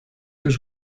was